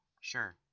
Sure